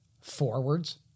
forwards